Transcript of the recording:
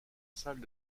salle